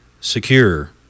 secure